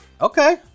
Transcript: okay